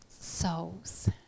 souls